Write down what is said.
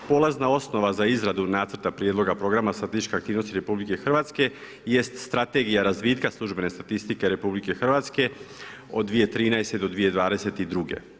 Polazna osnova za izradu nacrta Prijedloga programa statističkih aktivnosti RH jest Strategija razvitka službene statistike RH od 2013.-2022.